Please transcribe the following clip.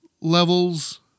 levels